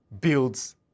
builds